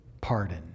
pardon